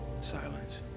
Silence